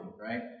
right